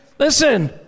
Listen